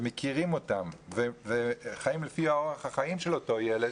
מכירים אותם וחיים לפי אורח החיים של אותו ילד.